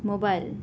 mobile